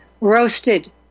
roasted